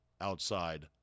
outside